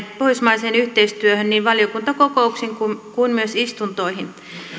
pohjoismaiseen yhteistyöhön niin valiokuntakokouksiin kuin myös istuntoihin